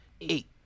eight